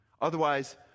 Otherwise